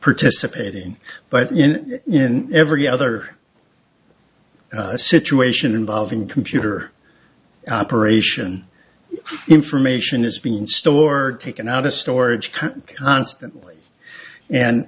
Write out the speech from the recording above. participating but in every other situation involving computer operation information is being stored taken out of storage constantly and